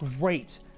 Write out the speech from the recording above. great